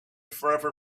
forever